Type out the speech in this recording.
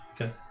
Okay